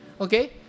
okay